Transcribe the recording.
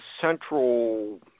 central